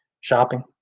shopping